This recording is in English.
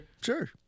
Sure